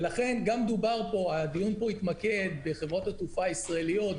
ולכן הדיון פה התמקד בחברות התעופה הישראליות,